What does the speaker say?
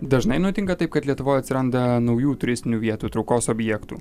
dažnai nutinka taip kad lietuvoj atsiranda naujų turistinių vietų traukos objektų